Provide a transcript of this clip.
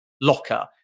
locker